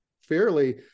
fairly